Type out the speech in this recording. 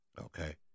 okay